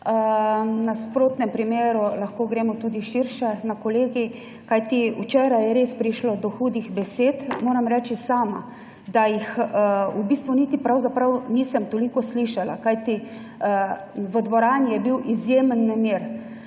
nasprotnem primeru lahko gremo tudi širše na kolegij, kajti včeraj je res prišlo do hudih besed. Moram reči sama, da jih v bistvu niti pravzaprav nisem toliko slišala, kajti v dvorani je bil izjemen nemir.